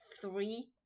three